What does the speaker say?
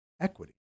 equity